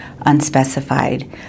unspecified